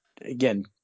again